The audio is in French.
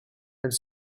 elle